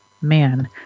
man